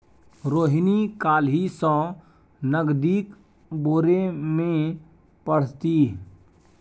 रोहिणी काल्हि सँ नगदीक बारेमे पढ़तीह